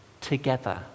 together